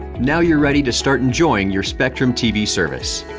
now you're ready to start enjoying your spectrum tv service.